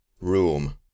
room